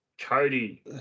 Cody